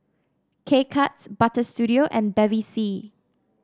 K Cuts Butter Studio and Bevy C